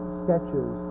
sketches